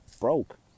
broke